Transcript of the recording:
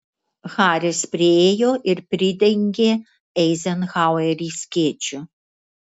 haris priėjo ir pridengė eizenhauerį skėčiu